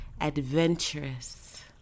adventurous